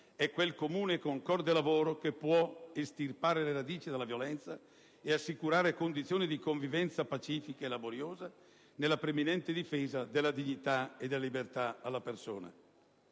è quel comune e concorde lavoro che può estirpare le radici della violenza e assicurare condizioni di convivenza pacifica e laboriosa nella preminente difesa della dignità e della libertà della persona